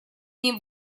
ним